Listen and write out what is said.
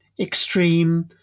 extreme